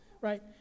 right